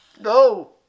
No